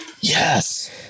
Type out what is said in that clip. Yes